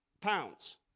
pounds